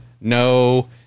no